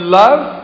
love